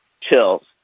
chills